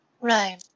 right